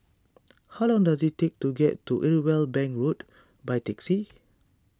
how long does it take to get to Irwell Bank Road by taxi